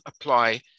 apply